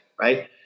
right